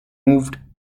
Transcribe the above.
moved